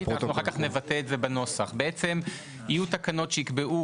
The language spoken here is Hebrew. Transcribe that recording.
ואנחנו אחר כך נבטא את זה בנוסח: יהיו תקנות שיקבעו,